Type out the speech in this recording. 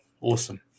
awesome